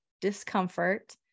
discomfort